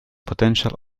potential